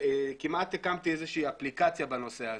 כמעט הקמתי איזושהי אפליקציה בנושא הזה.